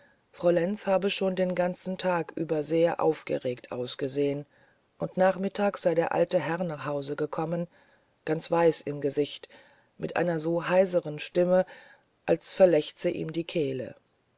frau lenz habe schon den ganzen tag über sehr aufgeregt ausgesehen und nachmittags sei der alte herr nach hause gekommen ganz weiß im gesicht und mit einer so heiseren stimme als verlechze ihm die kehle